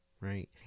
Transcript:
right